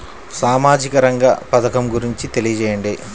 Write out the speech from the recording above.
సామాజిక రంగ పథకం గురించి తెలియచేయండి?